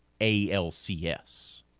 ALCS